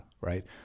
right